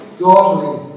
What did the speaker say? godly